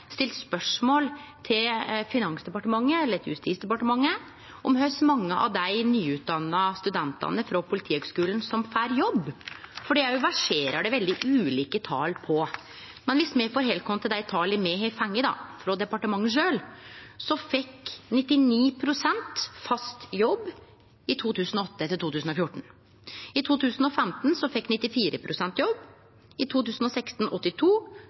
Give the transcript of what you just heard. stilt spørsmål til Finansdepartementet og Justis- og beredskapsdepartementet om kor mange av dei nyutdanna studentane frå Politihøgskolen som får jobb, for det òg verserer det veldig ulike tal på. Men viss me held oss til dei tala me har fått frå departementet sjølv, fekk 99 pst. fast jobb i 2008–2014. I 2015 fekk 94 pst. jobb, i